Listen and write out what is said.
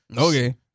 Okay